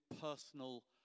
personal